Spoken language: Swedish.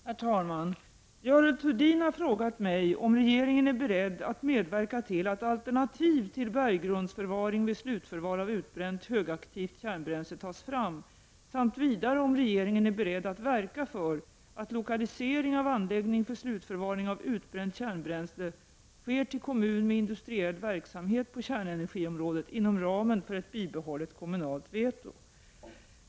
Herr talman! Görel Thurdin har frågat mig om regeringen är beredd att medverka till att alternativ till berggrundsförvaring vid slutförvar av utbränt högaktivt kärnbränsle tas fram, samt vidare om regeringen är beredd att verka för att lokalisering av anläggning för slutförvaring av utbränt kärnbränsle sker till kommun med industriell verksamhet på kärnenergiområdet inom ramen för ett bibehållet kommunalt veto.